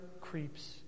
creeps